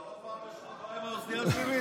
עוד פעם יש לך בעיה עם האוזנייה שלי?